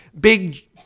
big